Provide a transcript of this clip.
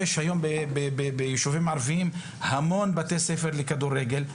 היום בישובים ערביים המון בתי ספר לכדורגל,